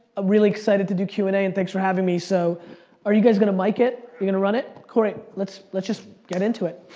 real excited to do q and a and thanks for having me. so are you guys gonna mic it? you gonna run it? great. let's let's just get into it.